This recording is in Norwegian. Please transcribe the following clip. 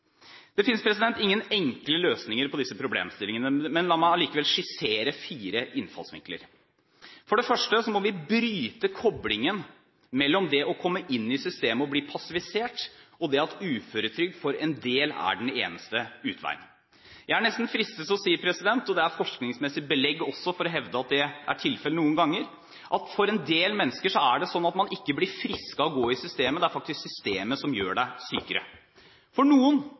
Det finnes ingen enkle løsninger på disse problemstillingene, men la meg likevel skissere fire innfallsvinkler: For det første må vi bryte koblingen mellom det å komme inn i systemet og bli passivisert, og det at uføretrygd for en del er den eneste utvei. Jeg er nesten fristet til å si – og det er også forskningsmessig belegg for å hevde at det er tilfellet noen ganger – at for en del mennesker er det sånn at de ikke blir friske av å gå i systemet, det er faktisk systemet som gjør dem sykere. For noen,